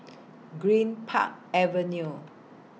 Greenpark Avenue